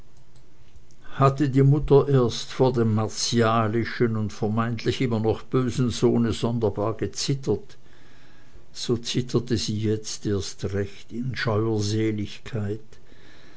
hatte die mutter erst vor dem martialischen und vermeintlich immer noch bösen sohne sonderbar gezittert so zitterte sie jetzt erst recht in scheuer seligkeit